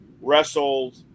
wrestled